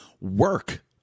work